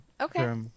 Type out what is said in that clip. Okay